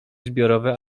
zbiorowe